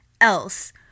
else